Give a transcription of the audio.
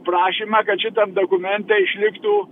prašymą kad šitam dokumente išliktų